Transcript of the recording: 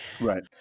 Right